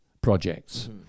projects